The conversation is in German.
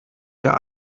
der